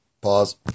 Pause